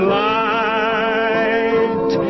light